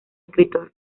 escritor